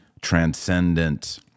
transcendent